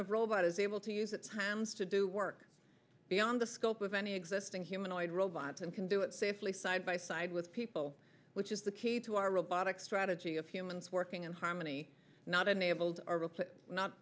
of robot is able to use its hands to do work beyond the scope of any existing humanoid robots and can do it safely side by side with people which is the key to our robotic strategy of humans working in harmony not